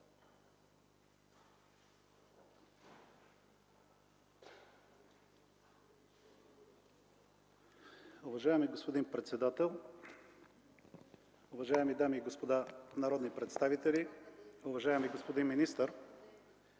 Уважаема госпожо председател, уважаеми дами и господа народни представители, уважаеми господин депутат